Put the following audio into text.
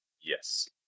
Yes